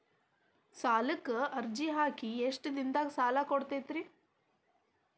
ಸಾಲಕ ಅರ್ಜಿ ಹಾಕಿ ಎಷ್ಟು ದಿನದಾಗ ಸಾಲ ಕೊಡ್ತೇರಿ?